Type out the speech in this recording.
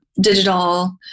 digital